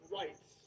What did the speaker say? rights